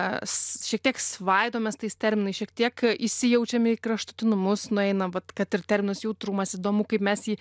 a šiek tiek svaidomės tais terminais šiek tiek įsijaučiame į kraštutinumus nueina vat kad ir terminas jautrumas įdomu kaip mes jį